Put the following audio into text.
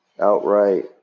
outright